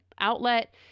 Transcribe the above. outlet